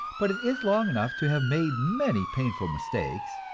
but it is long enough to have made many painful mistakes,